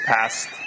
past